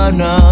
no